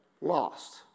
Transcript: Lost